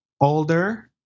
older